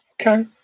Okay